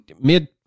mid